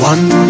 One